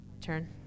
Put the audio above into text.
Turn